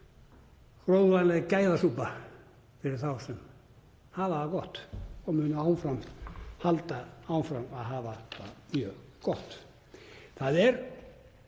gróðavænleg gæðasúpa fyrir þá sem hafa það gott og munu halda áfram að hafa það mjög gott. Það er